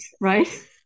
Right